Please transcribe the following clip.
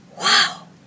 wow